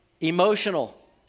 Emotional